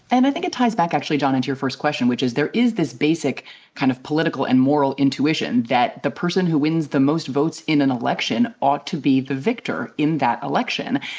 and i think it ties back actually, john, into your first question, which is there is this basic kind of political and moral intuition that the person who wins the most votes in an election ought to be the victor in that election.